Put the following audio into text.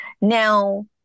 Now